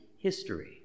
history